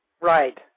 Right